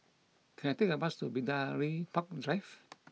can I take a bus to Bidadari Park Drive